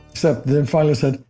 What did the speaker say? so then finally said,